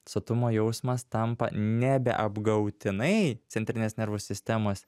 sotumo jausmas tampa nebeapgautinai centrinės nervų sistemos